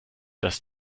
das